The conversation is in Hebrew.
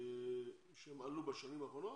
שהם עלו בשנים האחרונות,